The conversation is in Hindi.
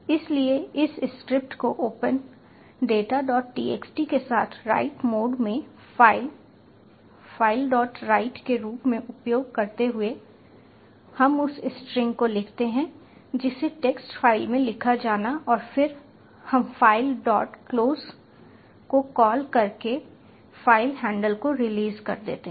इसलिए इस स्क्रिप्ट को ओपन datatxt के साथ राइट मोड में फाइल filewrite के रूप में उपयोग करते हुए हम उस स्ट्रिंग को लिखते हैं जिसे टेक्स्ट फाइल में लिखा जाना है और फिर हम फाइल डॉट क्लोज को कॉल करके फाइल हैंडल को रिलीज कर देते हैं